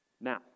Now